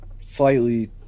Slightly